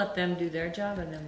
let them do their job and then